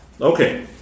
Okay